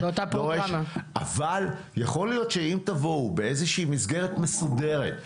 אבל יכול להיות שאם תבואו באיזושהי מסגרת מסודרת,